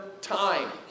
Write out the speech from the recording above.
time